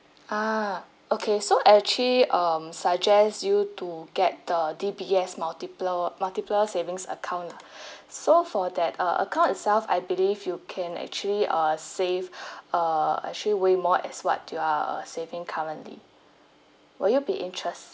ah okay so I actually um suggest you to get the D_B_S multiplier multipler savings account lah so for that uh account itself I believe you can actually uh save err actually way more as what you are uh saving currently will you be interest